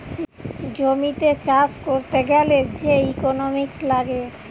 জমিতে চাষ করতে গ্যালে যে ইকোনোমিক্স লাগে